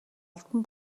албан